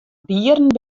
dieren